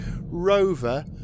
rover